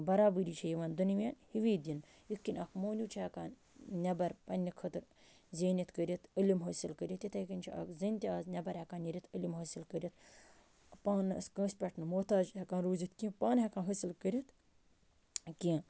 برابٕری چھِ یِوان دۄنوٕنِیَن ہِوی دِنہٕ اِتھ کَنہِ اَکھ مہٕنیوٗ چھِ ہٮ۪کان نٮ۪بَر پَنٛنہِ خٲطر زیٖنِتھ کٔرِتھ علم حٲصٕل کٔرِتھ اِتھٕے کَنہِ چھِ اَکھ زٔنۍ تہِ آز نٮ۪بَر ہٮ۪کان علم حٲصِل کٔرِتھ پانَس کانٛسہِ پٮ۪ٹھ نہٕ محتاج ہٮ۪کان روٗزِتھ کیٚنہہ پانہٕ ہٮ۪کان حٲصِل کٔرِتھ کیٚنہہ